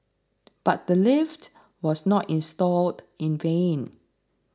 but the lift was not installed in vain